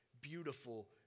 beautiful